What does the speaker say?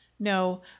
no